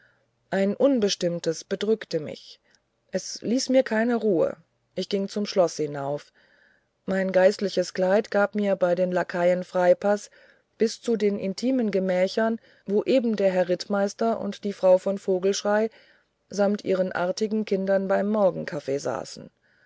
ein unbestimmtes bedrückte mich es ließ mir keine ruhe ich ging zum schloß hinauf mein geistliches kleid gab mir bei den lakaien freipaß bis zu den intimen gemächern wo eben der herr rittmeister und die frau von vogelschrey samt ihren artigen kindern beim morgenkaffee saßen